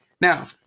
Now